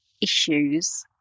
issues